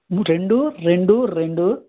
రెండు రెండు రెండు